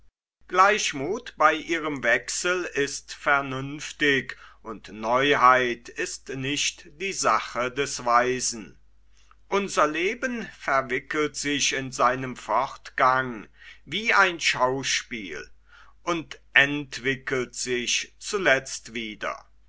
gleichmuth bei ihrem wechsel ist vernünftig und neuheit ist nicht die sache des weisen unser leben verwickelt sich in seinem fortgang wie ein schauspiel und entwickelt sich zuletzt wieder